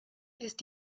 ist